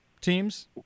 teams